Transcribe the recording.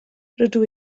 rydw